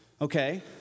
Okay